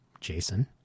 Jason